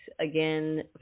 again